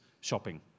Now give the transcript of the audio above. shopping